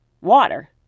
water